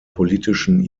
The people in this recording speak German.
politischen